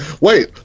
wait